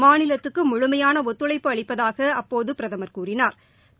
மாநிலத்துக்குமுழுமையானஒத்துழைப்பு அளிப்பதாகஅப்போதபிரதமா் கூறினாா்